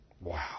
Wow